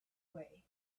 way